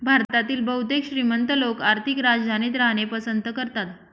भारतातील बहुतेक श्रीमंत लोक आर्थिक राजधानीत राहणे पसंत करतात